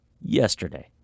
yesterday